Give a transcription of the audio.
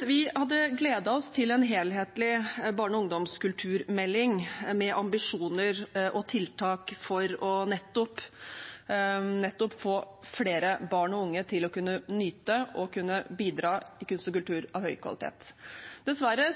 Vi hadde gledet oss til en helhetlig barne- og ungdomskulturmelding med ambisjoner og tiltak for nettopp å få flere barn og unge til å kunne nyte og bidra i kunst og kultur av høy kvalitet. Dessverre